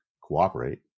cooperate